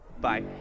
Bye